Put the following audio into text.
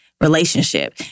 relationship